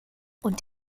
und